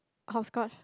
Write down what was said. hopscotch